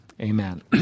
amen